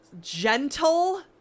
gentle